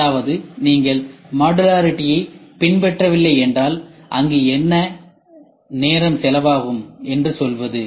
அதாவது நீங்கள் மாடுலரிட்டியை பின்பற்றவில்லை என்றால் அங்கு என்ன நேரம் செலவாகும் என்று சொல்வது